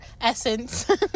essence